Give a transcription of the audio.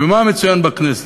ומה מצוין בכנסת?